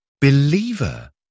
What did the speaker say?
Believer